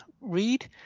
read